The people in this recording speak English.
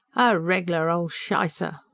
a reg-lar ol' shicer!